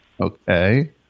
Okay